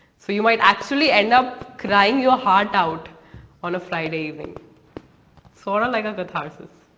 so you might actually end up crying your heart out on a friday evening sorta like a catharsis.